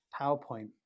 PowerPoint